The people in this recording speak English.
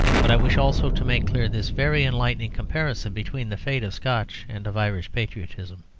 but i wish also to make clear this very enlightening comparison between the fate of scotch and of irish patriotism.